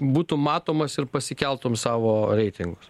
būtų matomas ir pasikeltum savo reitingus